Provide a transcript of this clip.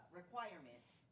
requirements